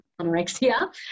anorexia